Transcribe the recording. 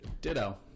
Ditto